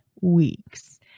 weeks